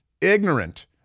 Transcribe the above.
Ignorant